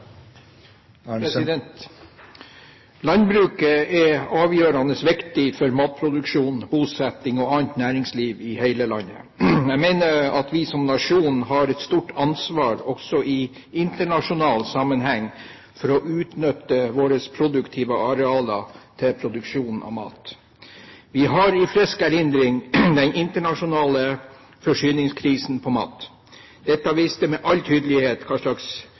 avgjørende viktig for matproduksjon, bosetting og næringsliv i hele landet. Jeg mener at vi som nasjon har et stort ansvar, også i internasjonal sammenheng, for å utnytte våre produktive arealer til produksjon av mat. Vi har i frisk erindring den internasjonale matforsyningskrisen. Den viste med all tydelighet